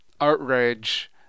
outrage